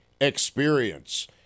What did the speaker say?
experience